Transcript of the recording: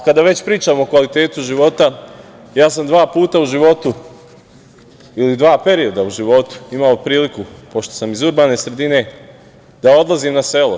Kada već pričamo o kvalitetu života, ja sam dva puta u životu ili dva perioda u životu imao priliku, pošto sam iz urbane sredine, da odlazim na selo.